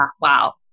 wow